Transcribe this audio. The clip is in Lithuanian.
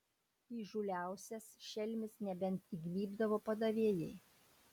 įžūliausias šelmis nebent įgnybdavo padavėjai